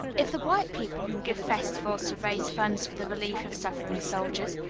if the white people can give festivals to raise funds for the relief of suffering soldiers,